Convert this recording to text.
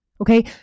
Okay